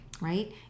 right